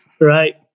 Right